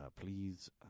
please